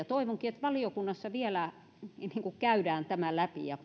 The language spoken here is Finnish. toivonkin että valiokunnassa vielä käydään tämä läpi ja